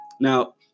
Now